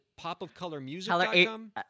popofcolormusic.com